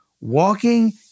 walking